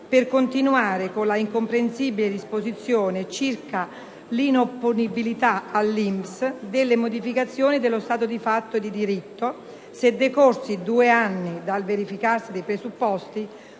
per continuare con la incomprensibile disposizione circa l'inopponibilità all'INPS delle modificazioni dello stato di fatto e di diritto decorsi due anni dal verificarsi dei presupposti,